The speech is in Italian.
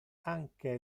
anche